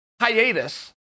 hiatus